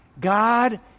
God